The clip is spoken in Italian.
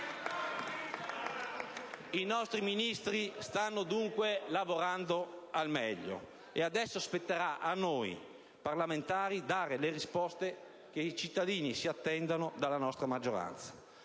I nostri Ministri stanno dunque lavorando al meglio, e adesso spetterà a noi parlamentari dare le risposte che i cittadini si attendono dalla nostra maggioranza.